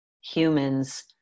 humans